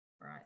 right